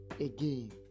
Again